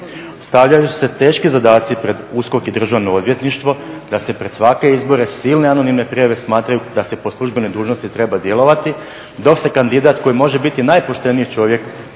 Stavljaju se teški zadaci pred USKOK i Državno odvjetništvo da se pred svake izbore silne anonimne prijave smatraju da se po službenoj dužnosti treba djelovati dok se kandidat koji može biti najpošteniji čovjek